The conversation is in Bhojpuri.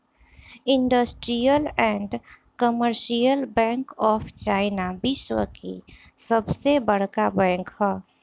industrial and commercial bank of China विश्व की सबसे बड़का बैंक ह